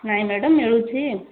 ନାଇଁ ମ୍ୟାଡ଼ମ୍ ମିଳୁଛି